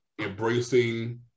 embracing